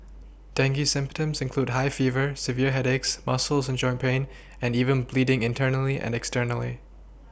dengue symptoms include high fever severe headaches muscles and joint pain and even bleeding internally and externally